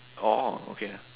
orh okay